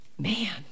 Man